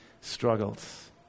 Struggles